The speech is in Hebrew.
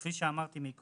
כפי שאמרתי קודם,